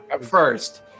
first